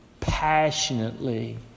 passionately